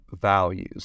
values